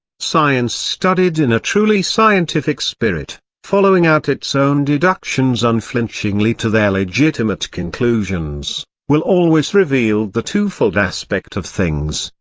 science studied in a truly scientific spirit, following out its own deductions unflinchingly to their legitimate conclusions, will always reveal the twofold aspect of things,